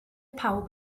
pawb